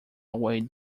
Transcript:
away